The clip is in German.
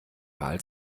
wahl